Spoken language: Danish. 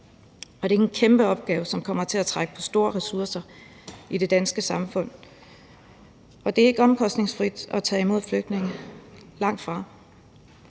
Det er en kæmpe opgave, som kommer til at trække meget på ressourcer i det danske samfund, for det er ikke omkostningsfrit at tage imod flygtninge, langtfra.